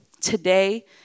Today